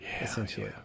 essentially